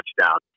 touchdown